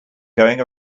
going